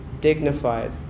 dignified